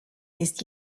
ist